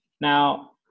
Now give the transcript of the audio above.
Now